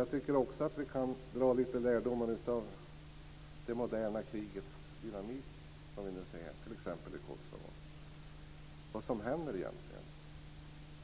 Jag tycker också att vi kan dra lärdomar av det moderna krigets dynamik, som vi nu ser t.ex. i Kosovo. Vad händer egentligen?